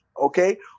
Okay